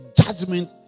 judgment